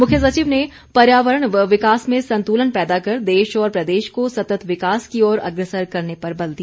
मुख्य सचिव ने पर्यावरण व विकास में संतुलन पैदा कर देश और प्रदेश को सत्त विकास की ओर अग्रसर करने पर बल दिया